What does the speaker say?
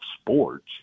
sports